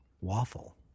waffle